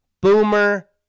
Boomer